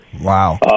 Wow